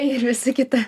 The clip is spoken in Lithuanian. ir visi kiti